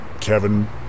Kevin